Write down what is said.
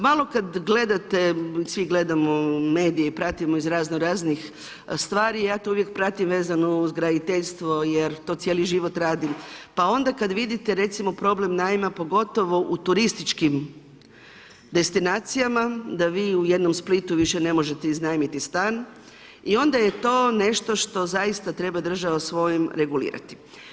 Malo kad gledate, svi gledamo medije i pratimo iz razno raznih stvari, ja to uvijek pratim vezano uz graditeljstvo jer to cijeli život radim pa onda kad vidite recimo problem najma, pogotovo u turističkim destinacijama, da vi u jednom Splitu više ne možete iznajmiti stan, onda je to nešto što zaista treba država svojim regulirati.